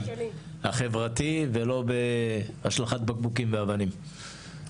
החברתי ולא בהשלכת בקבוקים ואבנים.